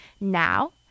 Now